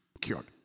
cured